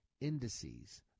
indices